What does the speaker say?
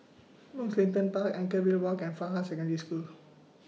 Mugliston Park Anchorvale Walk and Fajar Secondary School